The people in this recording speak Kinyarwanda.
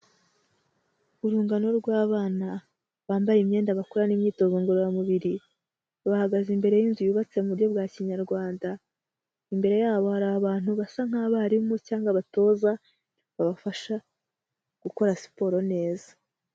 Urungano rw'abana bambaye imyenda bakorana imyitozo ngororamubiri, bahagaze imbere y'inzu yubatse mu buryo bwa Kinyarwanda, imbere yabo hari abantu basa nk'abarimu cyangwa abatoza babafasha gukora siporo neza.